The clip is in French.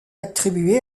attribué